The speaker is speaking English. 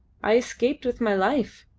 i escaped with my life,